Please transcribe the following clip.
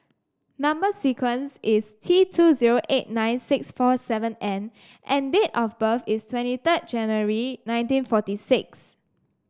number sequence is T two zero eight nine six four seven N and date of birth is twenty third January nineteen forty six